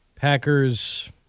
Packers